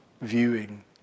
viewing